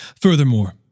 Furthermore